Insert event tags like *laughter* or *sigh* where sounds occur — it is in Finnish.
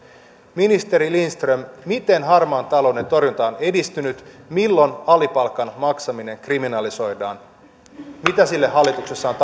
ministeri lindström miten harmaan talouden torjunta on edistynyt milloin alipalkan maksaminen kriminalisoidaan mitä sille hallituksessa on *unintelligible*